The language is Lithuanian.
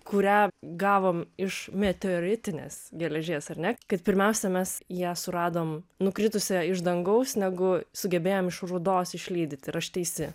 kurią gavom iš meteoritinės geležies ar ne kad pirmiausia mes ją suradom nukritusią iš dangaus negu sugebėjom iš rūdos išlydyti ar aš teisi